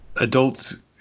adults